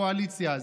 בקואליציה הזאת: